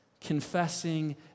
confessing